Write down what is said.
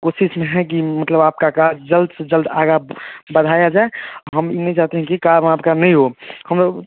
कोशिश में हैं कि मतलब आपका काज जल्द से जल्द आगे बढ़ाया जाए हम ये नहीं चाहते हैं कि काम आपका नहीं हो हम लो